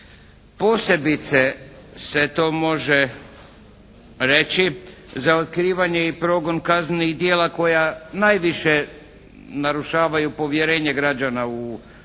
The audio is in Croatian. Posebice se to može reći za otkrivanje i progon kaznenih djela koja najviše narušavaju povjerenje građana u sustav,